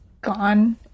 gone